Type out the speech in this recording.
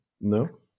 No